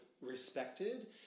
respected